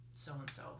so-and-so